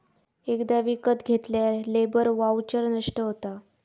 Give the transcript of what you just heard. एकदा विकत घेतल्यार लेबर वाउचर नष्ट होता